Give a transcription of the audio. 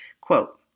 Quote